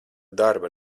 darba